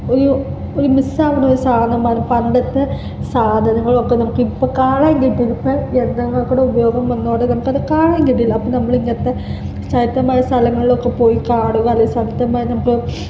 ഒരു ഒരു മിസ്സാവണൊരു സാധനമാണ് പണ്ടത്തെ സാധനങ്ങളൊക്കെ നമുക്ക് ഇപ്പം കാണാൻ കിട്ടുന്ന ഇപ്പം യന്ത്രങ്ങൾക്കടെ ഉപയോഗം വന്നതോടെ നമുക്ക് അത് കാണാൻ കിട്ടില്ല അപ്പം നമ്മൾ ഇങ്ങനത്തെ ചരിത്രമായ സ്ഥലങ്ങളിലൊക്കെ പോയി കാണുക അല്ലേ ചരിത്രമായ നമുക്ക്